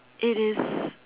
it is